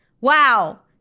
Wow